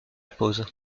pause